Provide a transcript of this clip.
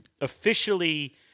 officially